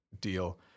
deal